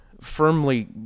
Firmly